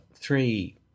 three